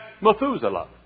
Methuselah